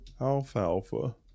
Alfalfa